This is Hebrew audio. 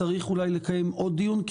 צריך אולי לקיים עוד דיון,